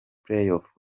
playoffs